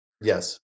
Yes